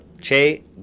Che